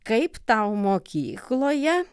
kaip tau mokykloje